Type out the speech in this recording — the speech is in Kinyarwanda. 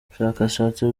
ubushakashatsi